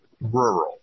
rural